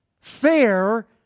fair